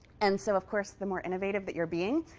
and so, of course, the more innovative that you're being,